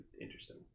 interesting